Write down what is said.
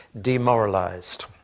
demoralized